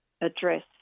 address